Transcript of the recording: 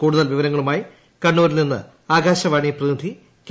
കൂടുതൽ വിവരങ്ങളുമായി കണ്ണൂരിൽ നിന്ന് ആകാശവാണി പ്രതിനിധി കെ